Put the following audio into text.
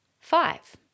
Five